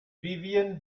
vivien